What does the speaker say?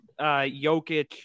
Jokic